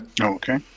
Okay